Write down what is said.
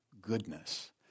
goodness